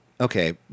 Okay